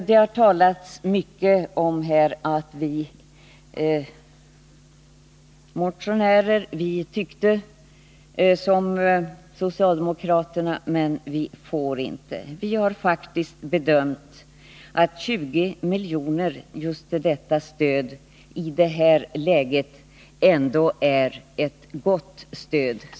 Det har talats mycket här om att vi motionärer tycker som socialdemokraterna men att vi inte får visa det. Vi har faktiskt bedömt att 20 miljoner i det här läget ändå är ett gott stöd.